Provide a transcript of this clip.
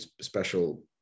special